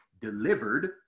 delivered